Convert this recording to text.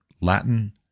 Latin